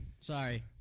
Sorry